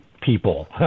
people